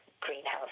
greenhouse